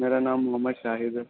میرا نام محمد شاہد ہے